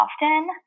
often